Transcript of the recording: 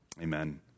Amen